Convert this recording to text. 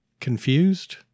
Confused